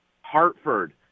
Hartford